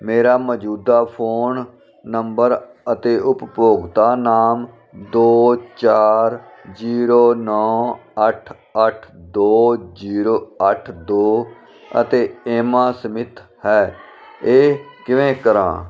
ਮੇਰਾ ਮੌਜੂਦਾ phone number ਅਤੇ ਉਪਭੋਗਤਾ ਨਾਮ ਦੋ ਚਾਰ ਜੀਰੋ ਨੌ ਅੱਠ ਅੱਠ ਦੋ ਜੀਰੋ ਅੱਠ ਦੋ ਅਤੇ ਏਮਾ ਸਮਿੱਥ ਹੈ ਇਹ ਕਿਵੇਂ ਕਰਾਂ